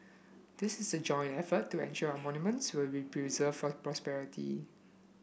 this is a joint effort to ensure our monuments will preserved for posterity